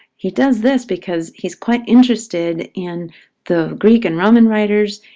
he does this because he's quite interested in the greek and roman writers,